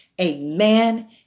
Amen